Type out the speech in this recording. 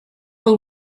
will